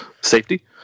Safety